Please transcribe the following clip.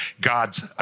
God's